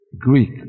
Greek